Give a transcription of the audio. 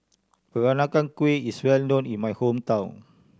Peranakan Kueh is well known in my hometown